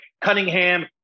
Cunningham